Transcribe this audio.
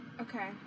Okay